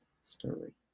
story